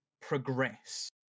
progress